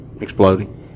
exploding